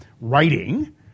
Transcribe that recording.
writing